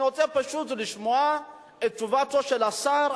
אני רוצה פשוט לשמוע את תשובתו של השר.